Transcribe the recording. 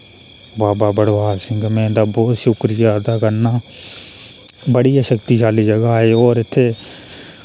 बाबा भड़वल सिंह मैं इं'दा बहुत शुक्रिया अदा करना बड़ी गै शक्तिशली जगह एह् और इत्थै